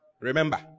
Remember